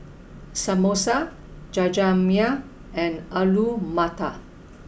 Samosa Jajangmyeon and Alu Matar